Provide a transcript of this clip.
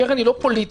הקרן היא לא פוליטית.